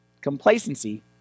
Complacency